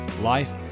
life